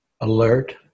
alert